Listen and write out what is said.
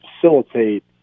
facilitate